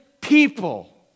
people